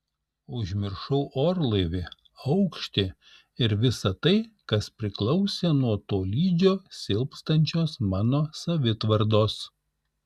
užmiršau orlaivį aukštį ir visa tai kas priklausė nuo tolydžio silpstančios mano savitvardos